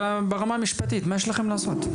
ברמה המשפטית מה יש לכם לעשות?